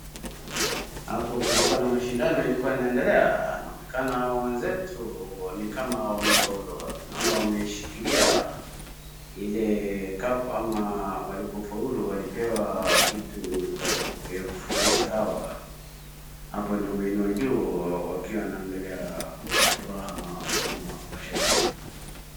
Hapo kulikuwa na mashindano ilikuwa inaendelea . Inaonekana wenzetu ni kama wamefahuru. Naona wameishikilia ile cup walipofahuru walipewa kitu ya kufurahisha hawa .Hapo wanainua juu wakiwa wameangalia kwa furaha na bashasha.